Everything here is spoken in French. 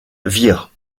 vire